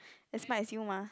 as smart as you mah